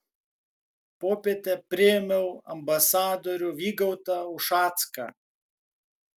popietę priėmiau ambasadorių vygaudą ušacką